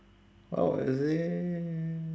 oh is it